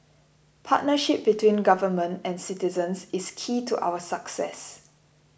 partnership between government and citizens is key to our success